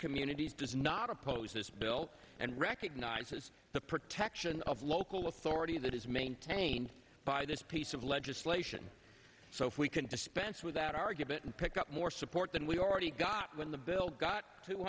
communities does not oppose this bill and recognizes the part section of local authority that is maintained by this piece of legislation so if we can dispense with that argument and pick up more support than we already got when the bill got two